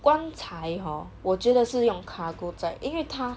棺材 hor 我觉得是用 cargo 载因为它